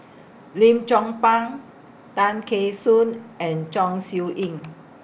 Lim Chong Pang Tay Kheng Soon and Chong Siew Ying